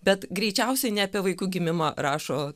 bet greičiausiai ne apie vaikų gimimą rašo